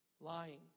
lying